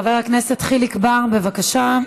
חבר הכנסת חיליק בר, בבקשה,